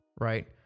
Right